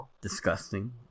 disgusting